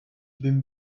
bin